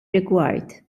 rigward